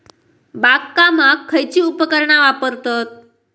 बागकामाक खयची उपकरणा वापरतत?